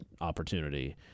opportunity